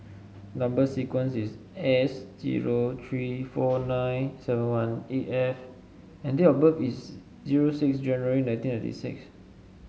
number sequence is S zero three four nine seven one eight F and date of birth is zero six January nineteen ninety six